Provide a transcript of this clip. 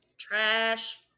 Trash